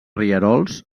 rierols